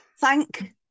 Thank